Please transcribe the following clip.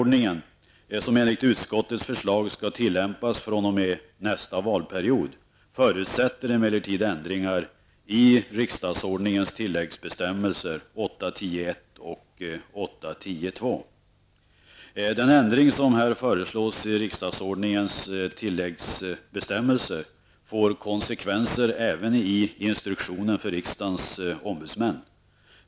Den ändring som här föreslås i riksdagsordningens tilläggsbestämmelser får konsekvenser även i instruktionen för riksdagens ombudsmän.